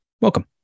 Welcome